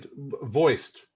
voiced